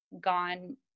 gone